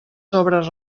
sobre